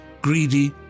greedy